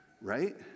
right